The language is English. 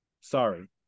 Sorry